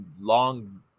long